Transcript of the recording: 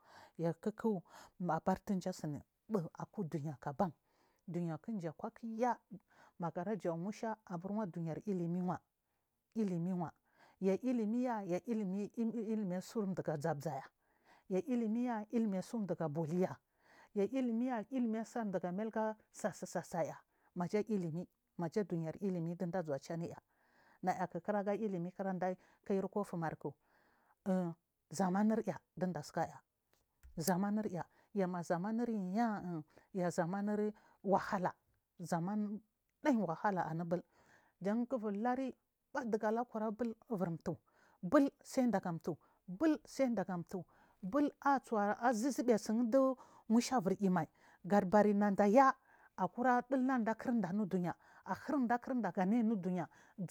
Yuw kuku abar dumji asuni ba uduya ku aban duya ku dumji akuwa kuya magarajiyu nusa dayar ilimwa ya ilimiya ya ilimi-ya-ilimi surmdu gazaza yay a ilimya ilimi sudu ga boliya yu ilimiya ilimi asar mdu ga laga sasu sasa. Ya maja ilimi maja duyar ilimi dundu azawa chu anuya naya ku kura kailimi ku wfumari ku zamanur ya dunda sukaya ko zama nuryi ya zamanu waha lah day waha lah anubul jandu gu aluri aba duga labal iviry mtu bul say nda gamut bul say nda gamut bul chiyi azu zu biya sun da nusha iviri luma adubar. Nandaya aku ya dulnenda kurnda anu du ya ahurnda kurnda ga nay anu duya zaurnda aga sun dunda iviry ivabamai naya ya nayan ara siya nda ayu ku dua bulur ya mai.